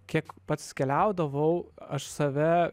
kiek pats keliaudavau aš save